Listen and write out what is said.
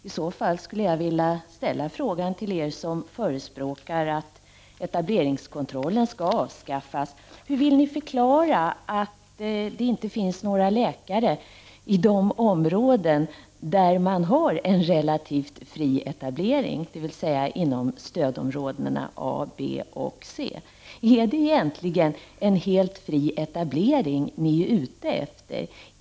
I så fall skulle jag vilja fråga er som förespråkar att etableringskontrollen skall avskaffas: Hur vill ni förklara att det inte finns några läkare i de områden där man har en relativt fri etablering, dvs. inom stödområdena A, B och C? Är det egentligen en helt fri etablering ni är ute efter?